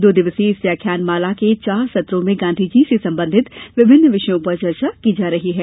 दो दिवसीय इस व्याख्यानमाला के चार सत्रों में गांधी जी से संबंधित विभिन्न विषयों पर चर्चा की जा रही है